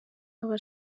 aba